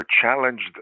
challenged